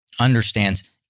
understands